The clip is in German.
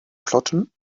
plotten